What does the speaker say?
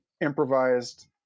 improvised